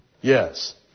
Yes